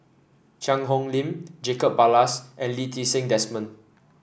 Cheang Hong Lim Jacob Ballas and Lee Ti Seng Desmond